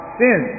sin